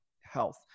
health